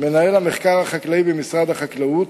מינהל המחקר החקלאי במשרד החקלאות,